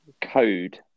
code